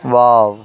wow